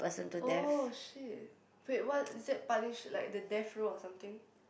oh shit wait what is that punish like the death row or something